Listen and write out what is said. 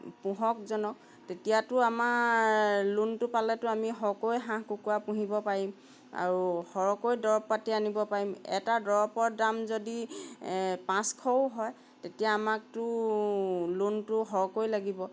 পোহকজনক তেতিয়াতো আমাৰ লোনটো পালেতো আমি সৰহকৈ হাঁহ কুকুৰা পুহিব পাৰিম আৰু সৰহকৈ দৰৱ পাতি আনিব পাৰিম এটা দৰৱৰ দাম যদি পাঁচশও হয় তেতিয়া আমাকতো লোনটো সৰহকৈ লাগিব